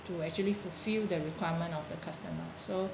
to actually fulfill the requirement of the customer so